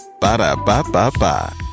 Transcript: Ba-da-ba-ba-ba